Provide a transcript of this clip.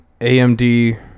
AMD